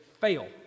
fail